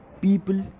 people